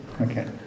Okay